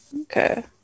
Okay